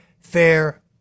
fair